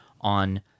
on